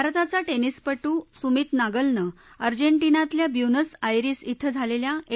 भारताचा टर्विसपटू सुमीत नागलनं अजॅटिनातल्या ब्युनस आयरिस इथं झालल्या ए